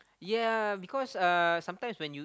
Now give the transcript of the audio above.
yea because uh sometimes when you